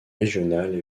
régionales